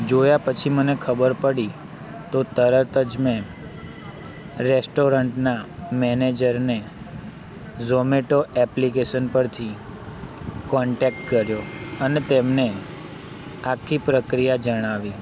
જોયા પછી મને ખબર પડી તો તરત જ મેં રેસ્ટોરન્ટના મેનેજરને ઝોમેટો એપ્લિકેશન પરથી કોન્ટેક્ટ કર્યો અને તેમને આખી પ્રક્રિયા જણાવી